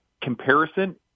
comparison